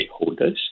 stakeholders